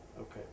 Okay